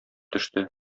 төште